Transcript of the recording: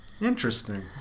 Interesting